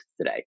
today